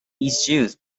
issued